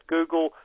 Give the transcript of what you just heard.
Google